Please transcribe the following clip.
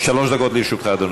שלוש דקות לרשותך.